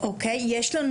יש לנו